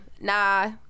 nah